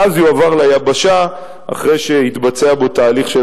ואז יועבר ליבשה אחרי שיתבצע בו תהליך של